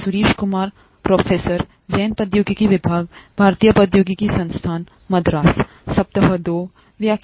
स्वागत हे